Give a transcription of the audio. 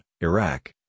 Iraq